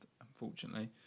unfortunately